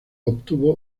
obtuvo